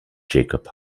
jacob